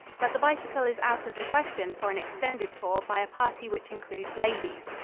but the bicycle is out of the question for an extended tour by a party which includes ladies.